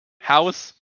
house